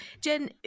Jen